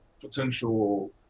potential